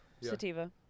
Sativa